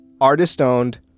Artist-owned